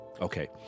Okay